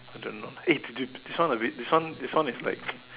I don't know eh to dude this one a bit this one this one is like